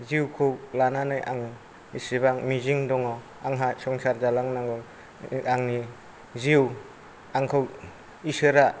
जिउखौ लानानै आङो एसेबां मिजिं दङ आंहा संसार जालांनांगौ आंनि जिउ आंखौ इसोरा